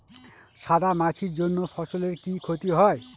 সাদা মাছির জন্য ফসলের কি ক্ষতি হয়?